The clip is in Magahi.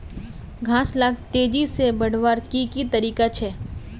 घास लाक तेजी से बढ़वार की की तरीका छे?